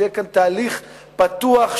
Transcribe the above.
שיהיה כאן תהליך פתוח,